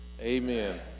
amen